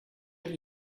have